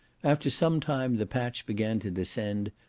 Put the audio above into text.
after some time the patch began to descend,